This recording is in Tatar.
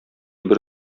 бер